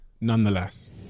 nonetheless